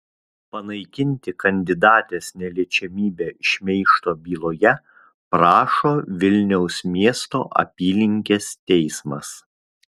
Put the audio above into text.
panaikinti kandidatės neliečiamybę šmeižto byloje prašo vilniaus miesto apylinkės teismas